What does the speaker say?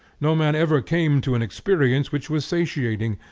no man ever came to an experience which was satiating,